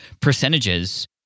percentages